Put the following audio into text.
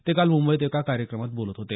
ते काल मुंबईत एका कार्यक्रमात बोलत होते